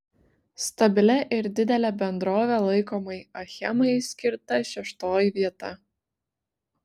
stabilia ir didele bendrove laikomai achemai skirta šeštoji vieta